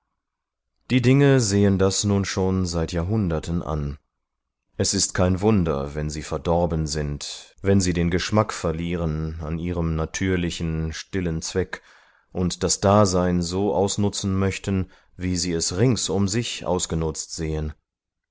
die dinge sehen das nun schon seit jahrhunderten an es ist kein wunder wenn sie verdorben sind wenn sie den geschmack verlieren an ihrem natürlichen stillen zweck und das dasein so ausnutzen möchten wie sie es rings um sich ausgenutzt sehen